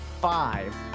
five